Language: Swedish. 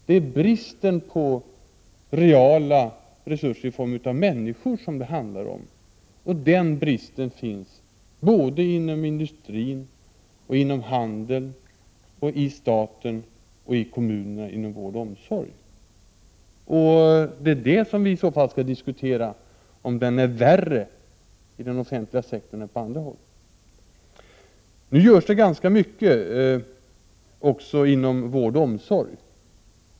Det är bristen på reala resurser i form av människor som det handlar om, och den bristen finns både inom industrin, inom handeln och i staten och kommunerna —- inom vård och omsorg. Vad vi i så fall skall diskutera är om den är värre i den offentliga sektorn än på andra håll. Nu görs det ganska mycket också inom vård och omsorg.